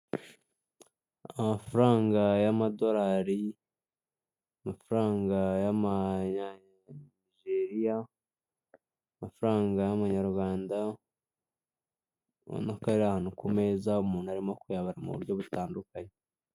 Amafaranga y'amadorari, amafaranga yamanyanijeriya, amafaranga y'amanyarwanda ubona ko arahantu kumeza umuntu ari kuyabara muburyo butandukanye.